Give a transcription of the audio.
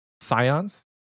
scions